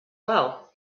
well